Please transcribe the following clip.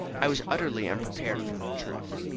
i was utterly unprepared for the truth.